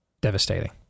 Devastating